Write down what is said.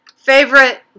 Favorite